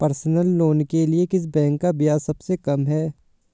Personal loan के लिए किस बैंक का ब्याज सबसे कम है?